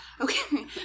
Okay